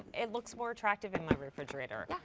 it looks more attractive in my refrigerator.